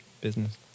business